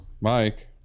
Mike